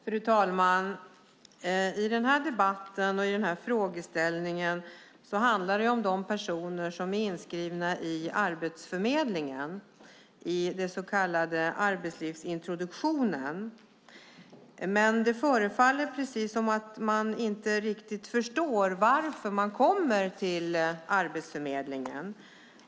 Fru talman! Denna debatt handlar om de personer som är inskrivna i Arbetsförmedlingen i den så kallade arbetslivsintroduktionen. Men det förefaller som om man inte förstår varför man kommer till Arbetsförmedlingen.